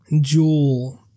Jewel